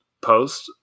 post